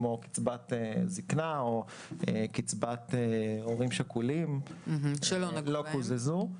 כמו קצבת זקנה או קצבת הורים שכולים שלא קוזזו.